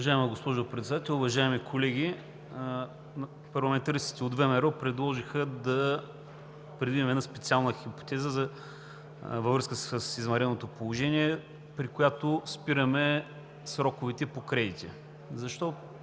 Уважаема госпожо Председател, уважаеми колеги! Парламентаристите от ВМРО предложиха да предвидим една специална хипотеза във връзка с извънредното положение, при която спираме сроковете по кредити. Първо,